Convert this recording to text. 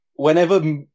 Whenever